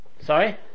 Sorry